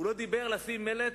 הוא לא אמר לשים מלט